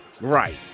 Right